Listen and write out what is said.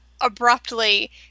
abruptly